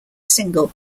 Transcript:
single